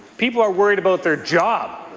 people are worried about their jobs.